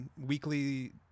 weekly